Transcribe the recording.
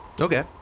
Okay